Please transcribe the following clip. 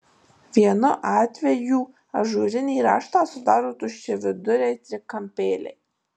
vienu atvejų ažūrinį raštą sudaro tuščiaviduriai trikampėliai